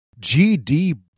GD